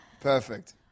Perfect